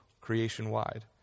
creation-wide